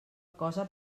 cosa